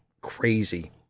crazy